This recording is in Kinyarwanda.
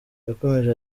yakomeje